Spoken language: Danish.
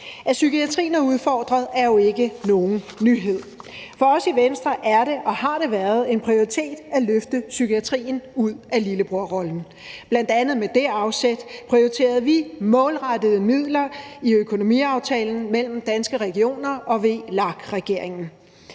At psykiatrien er udfordret, er jo ikke nogen nyhed, og for os i Venstre er det og har det været en prioritet at løfte psykiatrien ud af lillebrorrollen. Bl.a. med det afsæt prioriterede vi målrettede midler i økonomiaftalen mellem Danske Regioner og VLAK-regeringen.